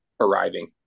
arriving